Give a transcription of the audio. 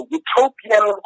utopian